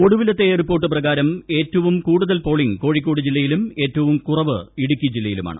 ഒടുവിലത്തെ റിപ്പോർട്ട് പ്രകാരം ഏറ്റവും കൂടുതൽ പോളിംഗ് കോഴിക്കോട് ജില്ലയിലും ഏറ്റവും കുറവ് ഇടുക്കി ജില്ലയിലുമാണ്